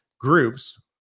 groups